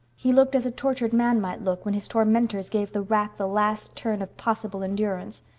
he looked as a tortured man might look when his tormentors gave the rack the last turn of possible endurance.